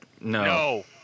No